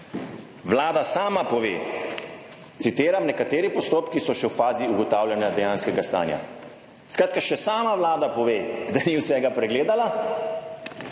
Vlada sama pove, citiram, »nekateri postopki so še v fazi ugotavljanja dejanskega stanja«. Skratka, še sama Vlada pove, da ni vsega pregledala,